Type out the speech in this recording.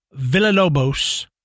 Villalobos